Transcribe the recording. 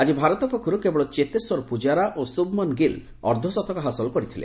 ଆଜି ଭାରତ ପକ୍ଷରୁ କେବଳ ଚେତେଶ୍ୱର ପୂଜାରା ଏବଂ ଶୁବମନ୍ ଗିଲ୍ ଅର୍ଦ୍ଧଶତକ ହାସଲ କରିଥିଲେ